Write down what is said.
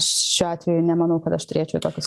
šiuo atveju nemanau kad aš turėčiau tokius